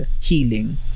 healing